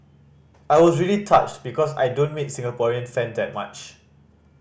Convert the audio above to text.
I was really touched because I don't meet Singaporean fan that much